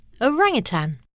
Orangutan